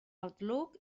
outlook